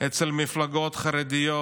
אצל המפלגות החרדיות,